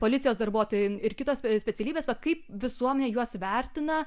policijos darbuotojai ir kitos specialybės kaip visuomenė juos vertina